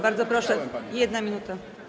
Bardzo proszę, 1 minuta.